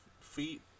feet